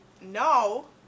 no